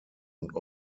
und